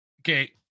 Okay